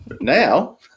now